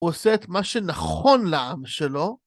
הוא עושה את מה שנכון לעם שלו...